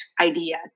ideas